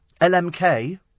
LMK